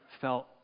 felt